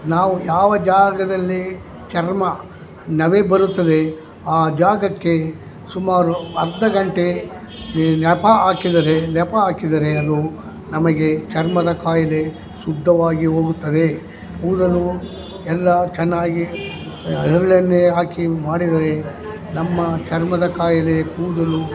ನಾವು ಯಾವ ಜಾಗದಲ್ಲಿ ಚರ್ಮ ನವೆ ಬರುತ್ತದೆ ಆ ಜಾಗಕ್ಕೆ ಸುಮಾರು ಅರ್ಧ ಗಂಟೆ ಈ ನೆಪ ಹಾಕಿದರೆ ಲೇಪ ಹಾಕಿದರೆ ಅದು ನಮಗೆ ಚರ್ಮದ ಕಾಯಿಲೆ ಶುದ್ಧವಾಗಿ ಹೋಗುತ್ತದೆ ಕೂದಲು ಎಲ್ಲ ಚೆನ್ನಾಗಿ ಹರಳೆಣ್ಣೆ ಹಾಕಿ ಮಾಡಿದರೆ ನಮ್ಮ ಚರ್ಮದ ಕಾಯಿಲೆ ಕೂದಲು